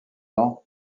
ans